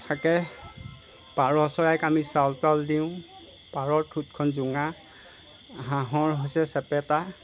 থাকে পাৰ চৰাইক আমি চাউল তাউল দিওঁ পাৰৰ ঠোঁটখন জোঙা হাঁহৰ হৈছে চেপেটা